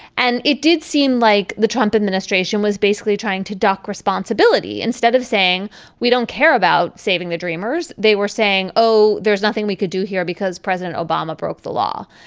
and it did seem like the trump administration was basically trying to duck responsibility instead of saying we don't care about saving the dreamers. they were saying oh there's nothing we could do here because president obama broke the law.